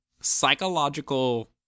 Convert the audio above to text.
psychological